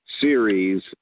series